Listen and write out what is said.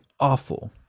awful